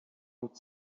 und